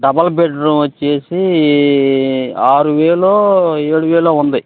double bedroom వచ్చేసీ ఆరు వేలో ఏడు వేలో ఉంది